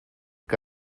que